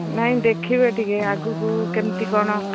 ନାଇଁ ଦେଖିବେ ଟିକେ ଆଗକୁ କେମିତି କ'ଣ